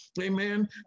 Amen